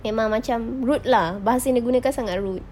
memang macam rude lah bahasa yang dia gunakan sangat rude